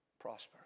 prosper